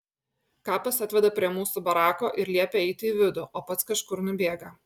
kapas atveda prie mūsų barako ir liepia eiti į vidų o pats kažkur nubėga